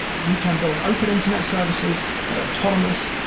you can build open internet services that are autonomous.